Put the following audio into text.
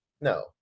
no